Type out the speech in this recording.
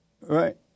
right